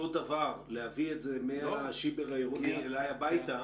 דבר להביא את זה מהשיבר העירוני אליי הביתה?